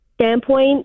standpoint